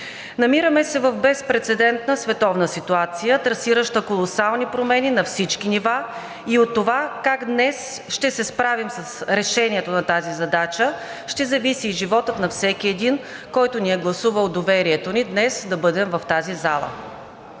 Намираме се в безпрецедентна световна ситуация, трасираща колосални промени на всички нива и от това как днес ще се справим с решението на тази задача ще зависи животът на всеки един, който ни е гласувал доверието днес да бъдем в тази зала.